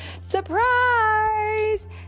surprise